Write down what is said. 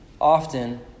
often